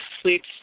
sleeps